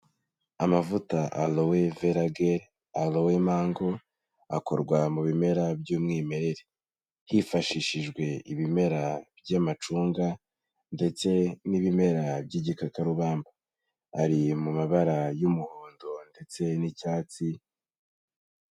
Amavuta alloe vera gel, aloe mango, akorwa mu bimera by'umwimerere. Hifashishijwe ibimera by'amacunga ndetse n'ibimera by'igikakarubamba. Ari mu mabara y'umuhondo ndetse n'icyatsi.